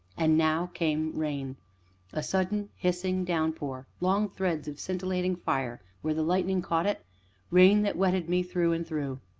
and now came rain a sudden, hissing downpour, long threads of scintillating fire where the lightning caught it rain that wetted me through and through.